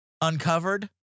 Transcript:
uncovered